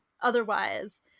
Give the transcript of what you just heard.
otherwise